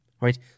right